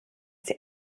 sie